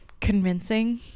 convincing